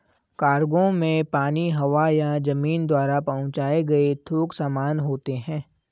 cargo में पानी, हवा या जमीन द्वारा पहुंचाए गए थोक सामान होते हैं